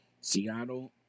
Seattle